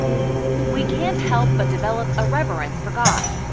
we can't help but develop a reverence for god.